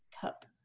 cup